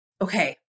Okay